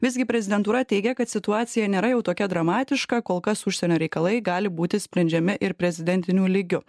visgi prezidentūra teigia kad situacija nėra jau tokia dramatiška kol kas užsienio reikalai gali būti sprendžiami ir prezidentiniu lygiu